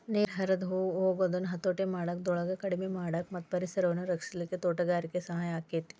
ನೇರ ಹರದ ಹೊಗುದನ್ನ ಹತೋಟಿ ಮಾಡಾಕ, ದೂಳನ್ನ ಕಡಿಮಿ ಮಾಡಾಕ ಮತ್ತ ಪರಿಸರವನ್ನ ರಕ್ಷಿಸಲಿಕ್ಕೆ ತೋಟಗಾರಿಕೆ ಸಹಾಯ ಆಕ್ಕೆತಿ